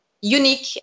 unique